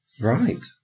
Right